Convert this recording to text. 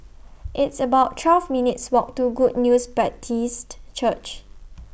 It's about twelve minutes' Walk to Good News Baptist Church